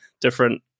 different